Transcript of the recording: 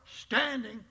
standing